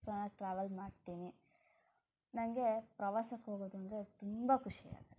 ಚೆನ್ನಾಗಿ ಟ್ರಾವೆಲ್ ಮಾಡ್ತೀನಿ ನನಗೆ ಪ್ರವಾಸಕ್ಕೆ ಹೋಗೋದು ಅಂದರೆ ತುಂಬ ಖುಷಿ ಆಗುತ್ತೆ